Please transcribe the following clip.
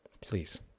please